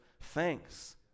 thanks